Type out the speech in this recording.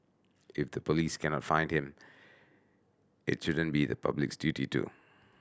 if the police cannot find him it shouldn't be the public's duty to